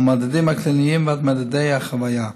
מהמדדים הקליניים ועד מדדי החוויה.